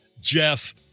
Jeff